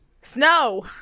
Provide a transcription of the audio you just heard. Snow